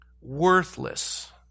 worthless